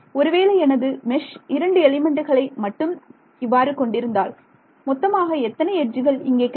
ஒருவேளை எனது மெஷ் இரண்டு எலிமெண்ட்டுகளை மட்டும் இவ்வாறு கொண்டிருந்தால் மொத்தமாக எத்தனை எட்ஜுகள் இங்கு கிடைக்கும்